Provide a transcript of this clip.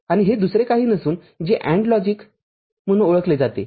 आणि हे दुसरे काही नसून जे AND लॉजिक म्हणून ओळखले जाते